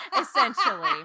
essentially